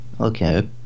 okay